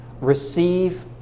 receive